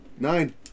Nine